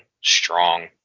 strong